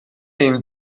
dem